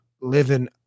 living